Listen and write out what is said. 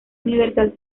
universal